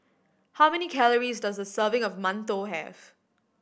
how many calories does a serving of mantou have